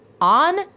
on